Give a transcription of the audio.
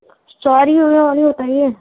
ساری ہمیں ابھی بتائیے